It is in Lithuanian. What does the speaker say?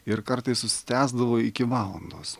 ir kartais užsitęsdavo iki valandos